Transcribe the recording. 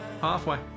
Halfway